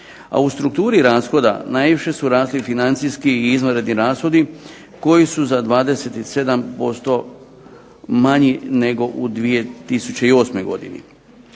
a u strukturi rashoda najviše su rasli financijski i izvanredni rashodi koji su za 27% manji nego u 2008. godini.